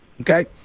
Okay